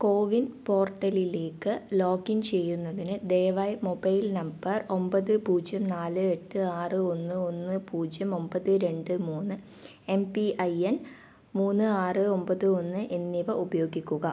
കോ win പോർട്ടലിലേക്ക് login ചെയ്യുന്നതിന് ദയവായി മൊബൈൽ നമ്പർ ഒമ്പത് പൂജ്യം നാല് എട്ട് ആറ് ഒന്ന് ഒന്ന് പൂജ്യം ഒമ്പത് രണ്ട് മൂന്ന് എം പി ഐ എൻ മൂന്ന് ആറ് ഒമ്പത് ഒന്ന് എന്നിവ ഉപയോഗിക്കുക